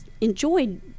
enjoyed